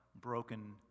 broken